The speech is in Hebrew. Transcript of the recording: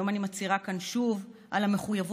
היום אני מצהירה כאן שוב על המחויבות